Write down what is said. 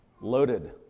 loaded